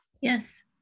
Yes